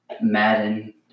Madden